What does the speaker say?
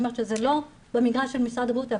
אומרת שזה לא במגרש של משרד הבריאות,